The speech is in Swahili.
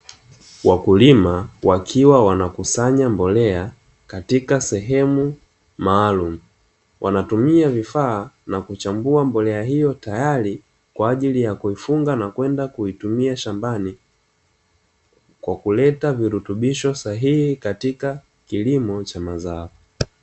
Wakulima wakiwa wanakusanya mbolea katika sehemu maalumu, wanatumia vifaa na kuchambua mbolea hiyo, tayari kwa ajili ya kuifunga na kwenda kuitumia shambani kwa kuleta virutubisho sahihi katika kilimo cha mazao.